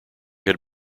had